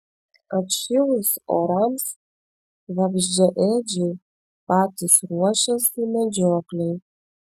atšilus orams vabzdžiaėdžiai patys ruošiasi medžioklei